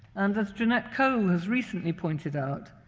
and as jeanette kohl has recently pointed out,